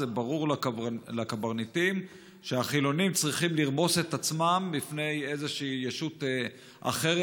ברור לקברניטים שהחילונים צריכים לרמוס את עצמם בפני איזושהי ישות אחרת,